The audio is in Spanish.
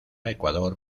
ecuador